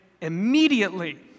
immediately